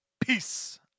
Peace